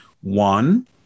One